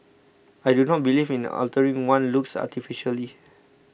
I do not believe in altering one's looks artificially